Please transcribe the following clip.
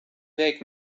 väg